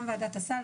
גם ועדת הסל,